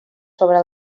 sobre